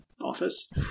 office